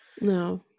no